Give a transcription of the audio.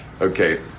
okay